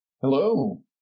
Hello